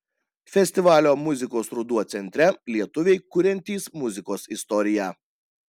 festivalio muzikos ruduo centre lietuviai kuriantys muzikos istoriją